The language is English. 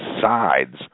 sides